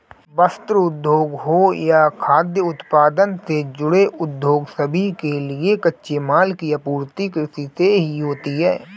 वस्त्र उद्योग हो या खाद्य उत्पादन से जुड़े उद्योग सभी के लिए कच्चे माल की आपूर्ति कृषि से ही होती है